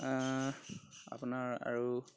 আপোনাৰ আৰু